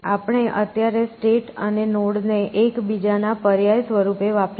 આપણે અત્યારે સ્ટેટ અને નોડ ને એકબીજાના પર્યાય સ્વરૂપે વાપરીશું